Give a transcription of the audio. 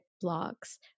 blocks